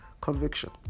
conviction